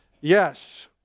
Yes